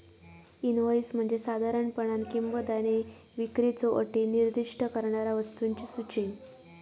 invoice म्हणजे साधारणपणान किंमत आणि विक्रीच्यो अटी निर्दिष्ट करणारा वस्तूंची सूची